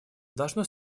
должно